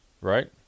right